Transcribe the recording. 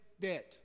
debt